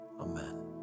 amen